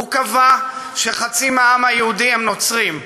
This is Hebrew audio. הוא קבע שחצי מהעם היהודי הם נוצרים,